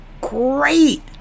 great